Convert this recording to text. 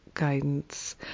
Guidance